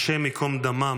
ה' ייקום דמם.